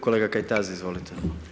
Kolega Kajtazi, izvolite.